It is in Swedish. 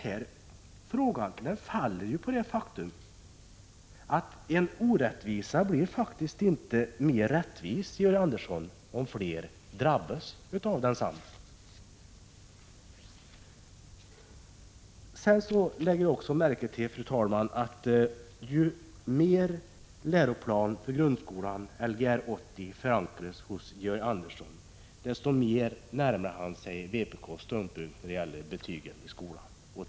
Men frågan faller på det faktum att en orättvisa faktiskt inte blir mer rättvis, Georg Andersson, om fler drabbas av densamma. Jag lägger märke till, fru talman, att ju mer läroplanen för grundskolan, Lgr 80, förankras hos Georg Andersson, desto mer närmar han sig vpk:s 21 ståndpunkt när det gäller betyg i skolan.